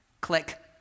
Click